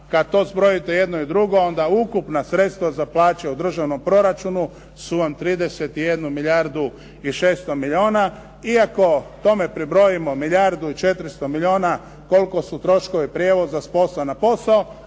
Kada to zbrojite jedno i drugo, onda ukupna sredstava za plaće u državnom proračunu su vam 31 milijardu i 600 milijuna. I ako tome pribrojim milijardu i 400 milijuna koliko su troškovi prijevoza s posla ne posao,